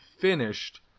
finished